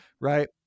right